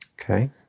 Okay